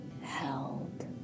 held